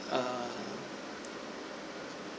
err